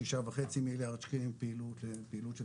שישה וחצי מיליארד שקלים פעילות לפעילות של